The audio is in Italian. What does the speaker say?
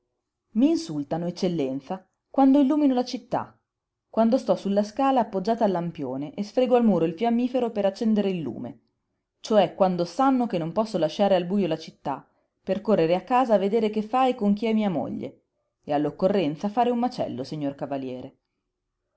nulla m'insultano eccellenza quando illumino la città quando sto su la scala appoggiata al lampione e sfrego al muro il fiammifero per accendere il lume cioè quando sanno che non posso lasciare al bujo la città per correre a casa a vedere che fa e con chi è mia moglie e all'occorrenza fare un macello signor cavaliere